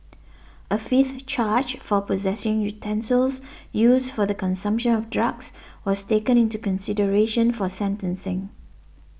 a fifth charge for possessing utensils used for the consumption of drugs was taken into consideration for sentencing